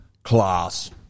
Class